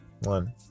One